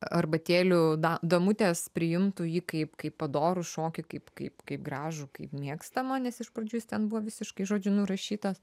arbatėlių damutes priimtų jį kaip kaip padorų šokį kaip kaip kaip kaip gražų kaip mėgstamą nes iš pradžių jis ten buvo visiškai žodžiu nurašytas